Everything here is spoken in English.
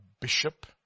bishop